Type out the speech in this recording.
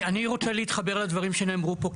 אני רוצה להתחבר לדברים שנאמרו פה.